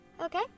Okay